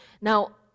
now